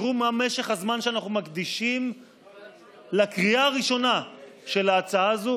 תראו מה משך הזמן שאנחנו מקדישים לקריאה הראשונה של ההצעה הזאת.